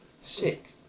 Sick